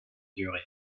durée